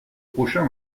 prochain